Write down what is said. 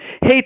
Hey